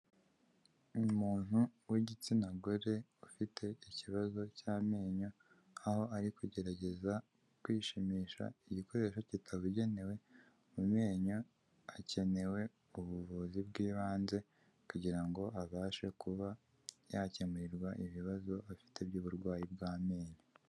Umuntu w'igitsina gore ufite ikibazo cy'amenyo, aho ari kugerageza kwishimisha igikoresho kitabugenewe mu menyo, hakenewe ubuvuzi bw'ibanze kugira ngo abashe kuba yakemurirwa ibibazo afite by'uburwayi bw'amenyo.